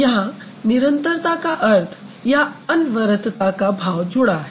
यहाँ निरंतरता का अर्थ या अनवरतता का भाव जुड़ा है